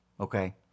Okay